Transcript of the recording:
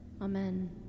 Amen